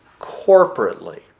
corporately